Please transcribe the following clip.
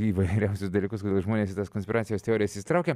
įvairiausius dalykus kodėl žmonės į tas konspiracijos teorijas įsitraukia